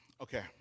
Okay